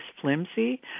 flimsy